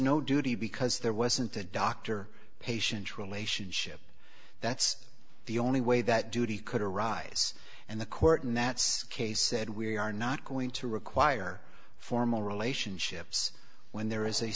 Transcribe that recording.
no duty because there wasn't a doctor patient relationship that's the only way that duty could arise and the court and that's case said we are not going to require formal relationships when there is a